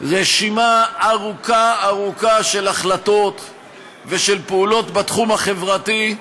רשימה ארוכה-ארוכה של החלטות ושל פעולות בתחום החברתי,